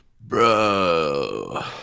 Bro